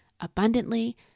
abundantly